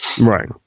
right